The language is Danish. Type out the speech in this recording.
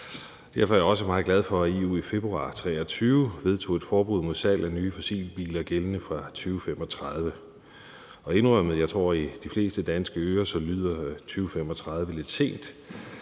Derfor er jeg også meget glad for, at EU i februar 2023 vedtog et forbud mod salg af nye fossilbiler gældende fra 2035. Og jeg vil indrømme, at jeg tror, at i de fleste danskeres ører lyder 2035 lidt sent.